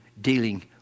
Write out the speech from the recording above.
dealing